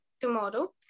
tomorrow